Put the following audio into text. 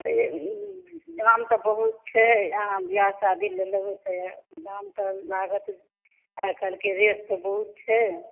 काम तऽ बहुत छै अहाँ बिआह शादीलए लेबै तऽ तहन लागत आइकाल्हिके रेट तऽ बहुत छै